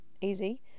easy